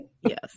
Yes